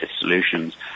solutions